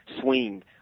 swing